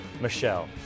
michelle